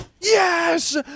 yes